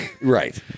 right